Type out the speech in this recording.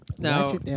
Now